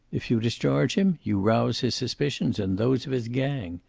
if you discharge him you rouse his suspicions and those of his gang,